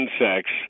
insects